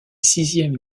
sixième